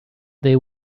they